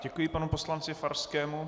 Děkuji panu poslanci Farskému.